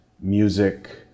music